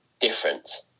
difference